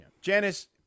Janice